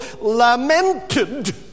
lamented